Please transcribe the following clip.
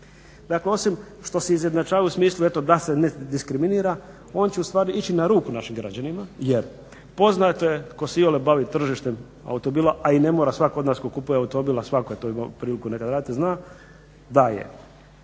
Dakle, osim što se izjednačava u smislu eto da se ne diskriminira on će ustvari ići na ruku našim građanima jer poznato je tko se iole bavi tržištem automobila a i ne mora svatko od nas tko kupuje automobile a svatko je imao tu priliku pa vjerojatno zna da je